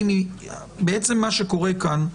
ובעצם מה שקורה כאן,